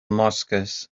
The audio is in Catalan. mosques